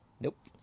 Nope